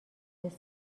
توسط